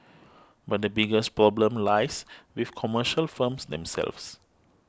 but the biggest problem lies with commercial firms themselves